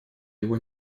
его